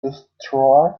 destroyed